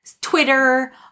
Twitter